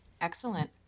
Excellent